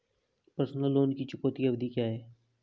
Personal loan की चुकौती अवधि क्या है?